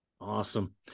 Awesome